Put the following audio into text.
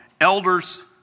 elders